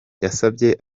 yasabye